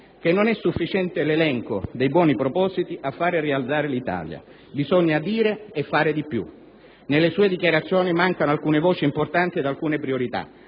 che non è sufficiente l'elenco dei buoni propositi a fare rialzare l'Italia. Bisogna dire e fare di più. Nelle sue dichiarazioni mancano alcune voci importanti ed alcune priorità.